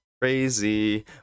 crazy